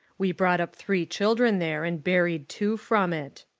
we brought up three children there, an' buried two from it.